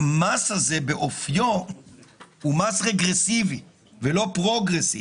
המס הזה הוא מס רגרסיבי באופיו, ולא פרוגרסיבי.